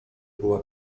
była